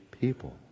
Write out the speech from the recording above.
people